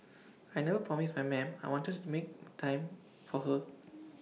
I never promised my ma'am I wanted to make time for her